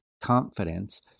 confidence